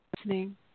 listening